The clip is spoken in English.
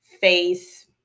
face